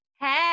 Hey